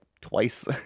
twice